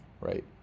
right